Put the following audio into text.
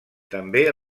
també